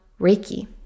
reiki